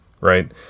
right